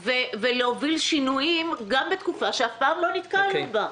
ולהוביל שינויים גם בתקופה שאף פעם לא נתקלנו בה.